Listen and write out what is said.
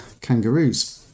kangaroos